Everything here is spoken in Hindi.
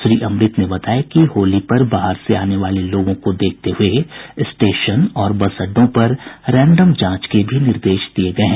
श्री अमृत ने बताया कि होली पर बाहर से आने वाले लोगों को देखते हुये स्टेशन और बस अड्डों पर रैंडम जांच के भी निर्देश दिये गये हैं